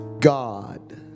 God